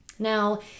Now